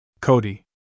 Cody